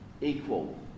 Equal